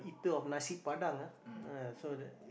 eater of Nasi-Padang ah uh so the